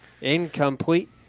incomplete